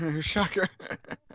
Shocker